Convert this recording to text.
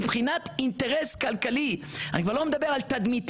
מבחינת אינטרס כלכלי אני כבר לא מדבר על אינטרס תדמיתי